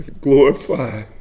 Glorify